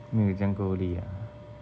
没有这样够力 ah